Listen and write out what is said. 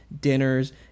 dinners